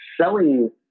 selling